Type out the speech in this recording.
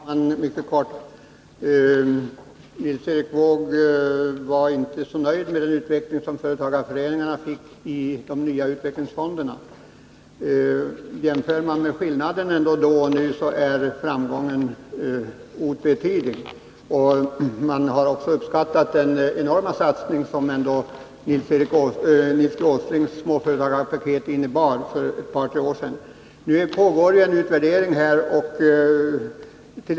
Herr talman! Jag skall fatta mig mycket kort. Nils Erik Wååg var inte nöjd med utvecklingen när det gäller företagarföreningarna och de nya utvecklingsfonderna. Men ser man på skillnaden mellan förhållandena nu och tidigare finner man att framgången är otvetydig, man har uppskattat den mycket stora satsning som Nils G. Åslings småföretagarpaket för ett par tre år sedan innebar. Nu pågår en utvärdering här.